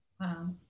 Wow